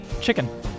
Chicken